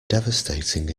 devastating